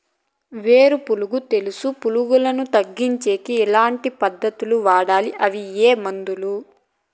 వేరు పులుగు తెలుసు పులుగులను తగ్గించేకి ఎట్లాంటి పద్ధతులు వాడాలి? అవి ఏ మందులు?